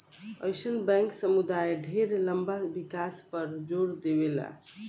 अइसन बैंक समुदाय ढेर लंबा विकास पर जोर देवेला